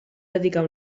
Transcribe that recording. dedicar